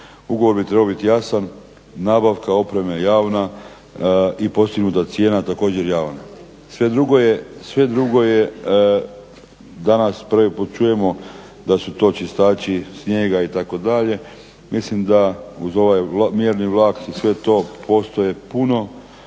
Ugovor bi trebao biti jasan, nabavka opreme javna i postignuta cijena također javna. Sve drugo je danas prvi put čujemo da su to čištači snijega itd. Mislim da uz ovaj mirni vlak i sve to postoji puno